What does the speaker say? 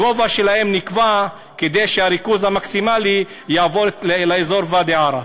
הגובה שלהם נקבע כדי שהריכוז המקסימלי יעבור לאזור ואדי-עארה.